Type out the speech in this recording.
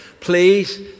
Please